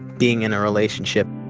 being in a relationship.